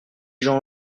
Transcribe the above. gens